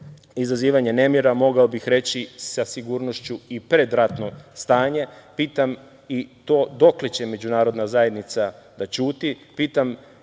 izazivanje nemira, mogao bih reći sa sigurnošću i predratno stanje. Pitam i to dokle će Međunarodna zajednica da ćuti?